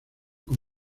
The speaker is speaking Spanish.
con